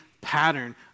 pattern